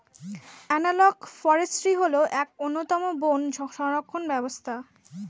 analogue forestry হল এক অন্যতম বন সংরক্ষণ ব্যবস্থা